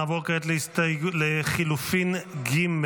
נעבור כעת לחלופין ג'.